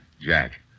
Jack